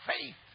faith